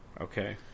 Okay